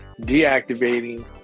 deactivating